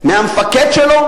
מהמפקד שלו?